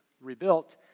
rebuilt